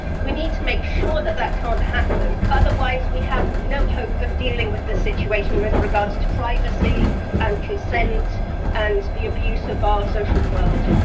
we need to make sure that that can't happen. otherwise, we have no hope of dealing with the situation with regards to privacy and consent and the abuse of our social world.